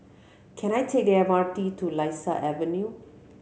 can I take the M R T to Lasia Avenue